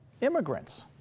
Immigrants